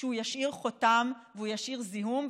הוא ישאיר חותם והוא ישאיר זיהום.